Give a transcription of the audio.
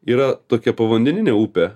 yra tokia povandeninė upė